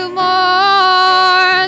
more